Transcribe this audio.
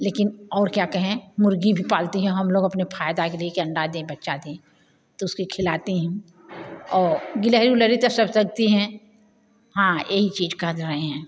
लेकिन और क्या कहें मुर्गी भी पालते हैं हम लोग अपने फायदा के लिए कि अंडा दें बच्चा दें तो उसके खिलाते हूँ और गिलेहरी उल्हरी तो सब तकती हैं हाँ यही चीज कह तो रहे हैं